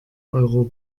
euro